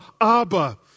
Abba